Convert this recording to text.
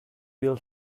will